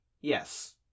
Yes